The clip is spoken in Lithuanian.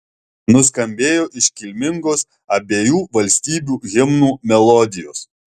nuskambėjo iškilmingos abiejų valstybių himnų melodijos